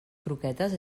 croquetes